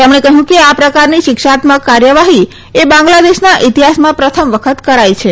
તેમણે કહ્યું કે આ પ્રકારની શિક્ષાત્મક કાર્યવાહી એ બાંગ્લાદેશના ઇતિહાસમાં પ્રથમ વખત કરાઈ છે